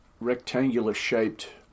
rectangular-shaped